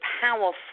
powerful